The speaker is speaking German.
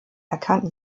erkannten